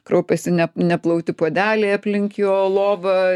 kraupiasi ne neplauti puodeliai aplink jo lovą